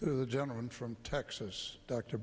to the gentleman from texas dr